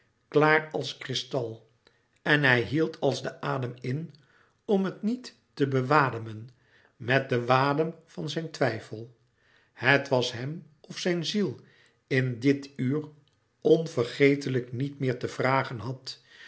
klaar als kristal en hij hield als den adem in om het niet te bewademen met den wadem van zijn twijfel het was hem of zijn ziel in dit uur onvergeetlijk niet meer te vragen had